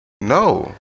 no